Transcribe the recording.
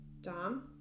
Dom